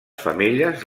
femelles